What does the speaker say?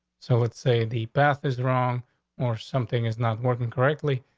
so let's say the path is wrong or something is not working correctly,